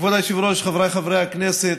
כבוד היושב-ראש, חבריי חברי הכנסת,